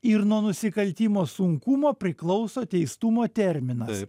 ir nuo nusikaltimo sunkumo priklauso teistumo terminas